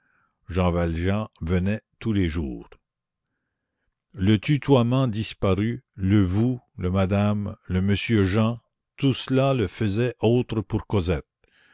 jean valjean venait tous les jours le tutoiement disparu le vous le madame le monsieur jean tout cela le faisait autre pour cosette